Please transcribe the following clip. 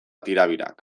tirabirak